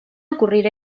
ocurrir